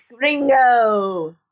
Ringo